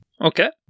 okay